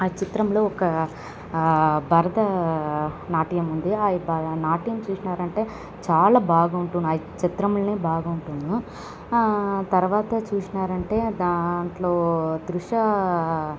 ఆ చిత్రంలో ఒక భరత నాట్యం ఉంది ఆ భ నాట్యం చూసినారంటే చాలా బాగుంటుంది ఆ చిత్రంలనే బాగుంటుంది తర్వాత చూసినారంటే దాంట్లో త్రిషా